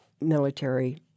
military